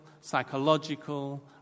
psychological